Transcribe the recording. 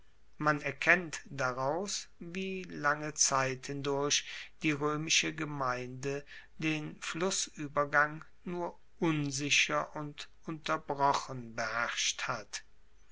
man erkennt daraus wie lange zeit hindurch die roemische gemeinde den flussuebergang nur unsicher und unterbrochen beherrscht hat